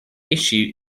issue